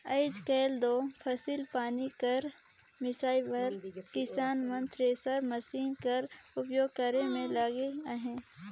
आएज काएल दो फसिल पानी कर मिसई बर किसान मन थेरेसर मसीन कर उपियोग करे मे लगिन अहे